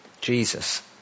Jesus